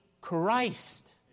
Christ